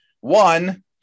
One